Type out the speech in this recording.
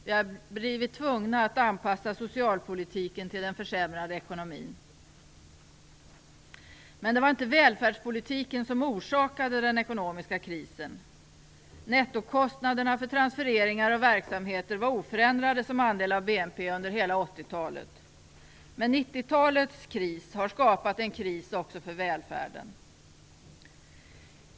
Vi har blivit tvungna att anpassa socialpolitiken till den försämrade ekonomin. Men det var inte välfärdspolitiken som orsakade den ekonomiska krisen. Nettokostnaderna för transfereringar och verksamheter var oförändrade som andel av BNP under hela 80-talet. Men 90-talets kris har skapat en kris också för välfärden.